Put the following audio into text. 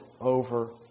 over